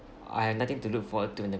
I have nothing to look forward to when the